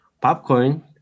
popcorn